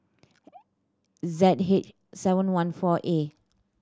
Z H seven one four A